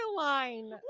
line